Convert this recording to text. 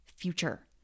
future